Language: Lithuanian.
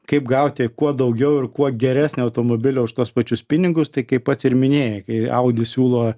kaip gauti kuo daugiau ir kuo geresnį automobilį už tuos pačius pinigus tai kaip pats ir minėjai kai audi siūlo